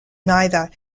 neither